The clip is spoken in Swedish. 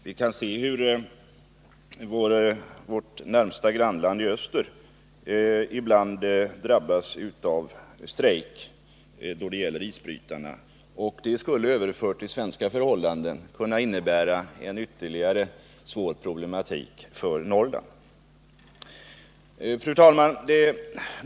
Vi kan se hur vårt närmaste grannland i öster ibland drabbas av strejk då det gäller isbrytarna. Det skulle, överfört till svenska förhållanden, kunna innebära ytterligare svåra problem för Norrland. Fru talman!